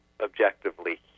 objectively